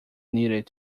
needed